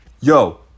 yo